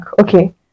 okay